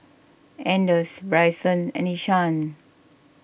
anders Brycen and Ishaan